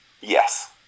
Yes